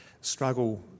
struggle